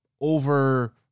over